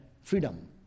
freedom